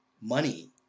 money